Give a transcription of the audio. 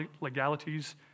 legalities